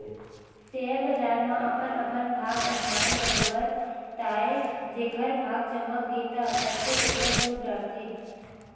share बजार म अपन अपन भाग अजमाय बरोबर ताय जेखर भाग चमक गे ता कतको पइसा सोट डरथे